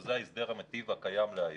וזה ההסדר המטיב הקיים היום,